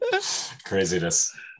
craziness